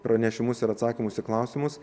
pranešimus ir atsakymus į klausimus